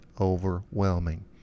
overwhelming